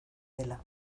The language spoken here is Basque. dela